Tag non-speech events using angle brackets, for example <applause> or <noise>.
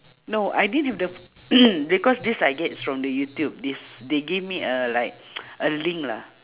no I didn't have the <breath> because this I gets from the youtube this they give me a like <noise> a link lah